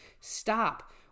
Stop